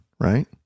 right